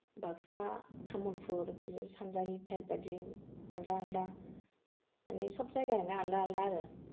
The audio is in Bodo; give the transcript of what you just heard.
बाकसा तामुलपुर बिदि सानजारि थायपबादि आलादा आलादा माने सब जायगानियानो आलदा आलदा आरो